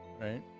right